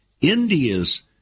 India's